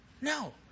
No